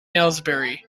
aylesbury